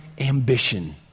ambition